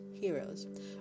heroes